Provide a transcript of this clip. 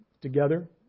together